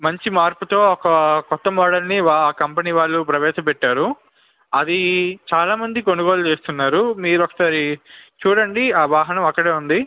మంచి మార్పుతో ఒక క్రొత్త మోడల్ని ఆ కంపెనీ వాళ్ళు ప్రవేశం పెట్టారు అది చాలామంది కొనుగోలు చేస్తున్నారు మీరు ఒకసారి చూడండి ఆ వాహనం అక్కడే ఉంది